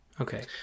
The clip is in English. okay